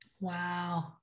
Wow